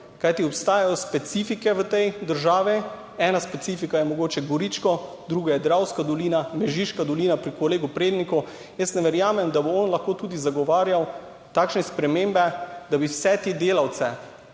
Kajti obstajajo specifike v tej državi. Ena specifika je mogoče Goričko, druga je Dravska dolina, Mežiška dolina pri kolegu Predniku. Jaz ne verjamem, da bo on lahko tudi zagovarjal takšne spremembe, da bi vse te delavce